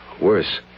Worse